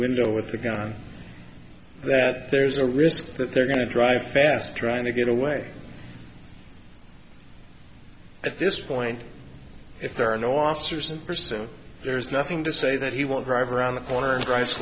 window with a gun that there's a risk that they're going to drive fast trying to get away at this point if there are no officers in pursuit there's nothing to say that he won't drive around the corner and dri